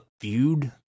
feud